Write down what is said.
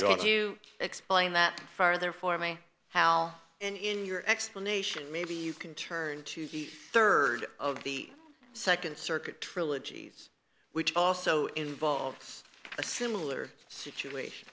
ought to explain that farther for me how and in your explanation maybe you can turn to the third of the second circuit trilogies which also involves a similar situation